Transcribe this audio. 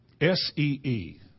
S-E-E